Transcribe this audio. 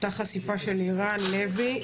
הייתה חשיפה של לירן לוי,